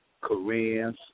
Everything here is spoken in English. Koreans